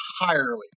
entirely